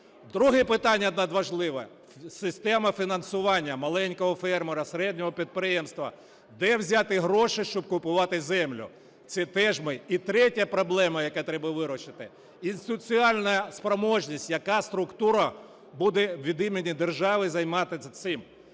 Друге питання надважливе – система фінансування маленького фермера, середнього підприємства. Де взяти гроші, щоб купувати землю? Це теж ми… І третя проблема, яку треба вирішити: інституційна спроможність, яка структура буде від імені держави займатись цим.